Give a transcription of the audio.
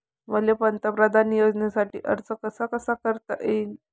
मले पंतप्रधान योजनेसाठी अर्ज कसा कसा करता येईन?